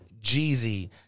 Jeezy